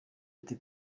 ati